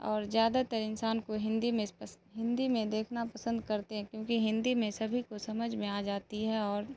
اور زیادہ تر انسان کو ہندی میں ہندی میں دیکھنا پسند کرتے ہیں کیونکہ ہندی میں سبھی کو سمجھ میں آ جاتی ہے اور